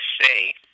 say